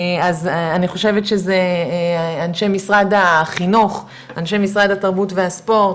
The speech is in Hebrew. אז אני חושבת שזה אנשי משרד החינוך אנשי משרד התרבות והספורט,